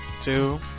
Two